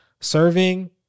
serving